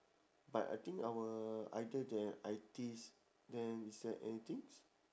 but I think our other than I_Ts then is there anything